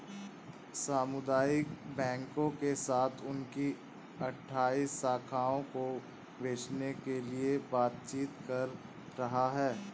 सामुदायिक बैंकों के साथ उनकी अठ्ठाइस शाखाओं को बेचने के लिए बातचीत कर रहा है